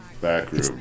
Backroom